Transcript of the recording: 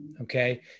Okay